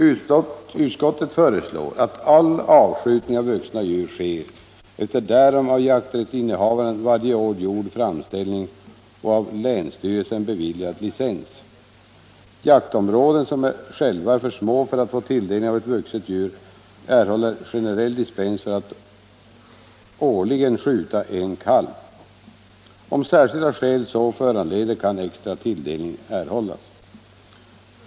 Utskottet föreslår, att all avskjutning av vuxna djur sker efter därom av jakträttsinnehavaren varje år gjord framställning och av länsstyrelsen beviljad licens. Jaktområden, som själva är för små för att få tilldelning av ett vuxet djur, erhåller generell dispens för att årligen skjuta en kalv. Om särskilda skäl så föranleder, kan extra tilldelning erhållas.